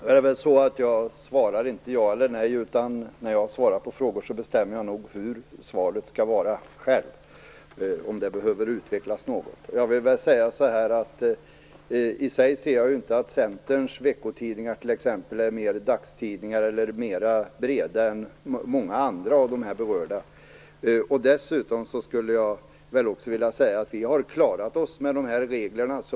Herr talman! Jag svarar inte ja eller nej, utan när jag svarar på frågor bestämmer jag nog själv hur svaret skall vara - om det behöver utvecklas något. I sig ser jag inte att t.ex. Centerns veckotidningar är mera dagstidningar eller bredare än många andra av berörda tidningar. Dessutom har vi ju klarat oss med de regler som finns.